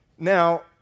Now